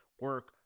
Work